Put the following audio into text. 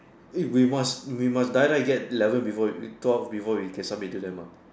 eh we must we must die die get eleven before twelve before we can submit to them ah